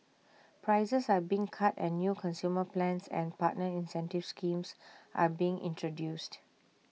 prices are being cut and new consumer plans and partner incentive schemes are being introduced